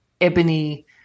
Ebony